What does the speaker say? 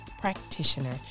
practitioner